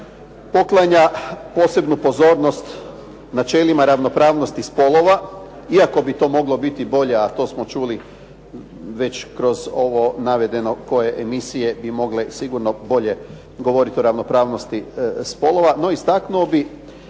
poklanja posebnu pozornost načelima ravnopravnosti spolova, iako bi to moglo biti bolje, a to smo čuli već kroz ovo navedeno koje emisije bi mogle sigurno bolje govoriti o ravnopravnosti spolova. No, istaknuo bih